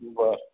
बरं